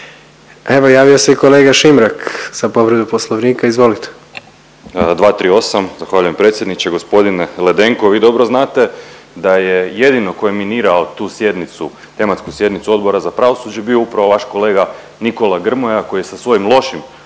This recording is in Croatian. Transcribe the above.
Evo javio se i kolega Šimrak za povredu Poslovnika, izvolite. **Šimrak, Maksimilijan (HDZ)** 238., zahvaljujem predsjedniče. Gospodine Ledenko, vi dobro znate da je jedini koji je minirao tu sjednicu, tematsku sjednicu Odbora za pravosuđe bio upravo vaš kolega Nikola Grmoja koji je sa svojim lošim